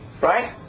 right